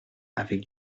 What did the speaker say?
avec